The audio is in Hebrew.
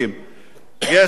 יש פתרון אחד,